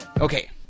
Okay